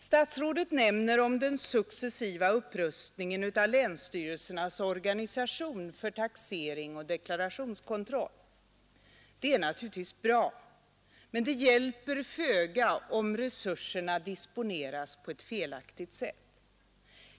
Statsrådet nämner om den successiva upprustningen av länsstyrelsernas organisation för taxering och deklarationskontroll. Det är naturligtvis bra, men det hjälper föga om resurserna disponeras på ett felaktigt sätt.